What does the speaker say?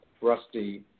Rusty